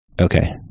Okay